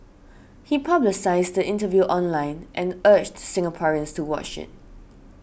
he publicised the interview online and urged Singaporeans to watch it